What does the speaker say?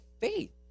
faith